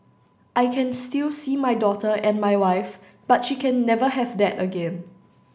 I can still see my daughter and my wife but she can never have that again